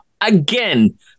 again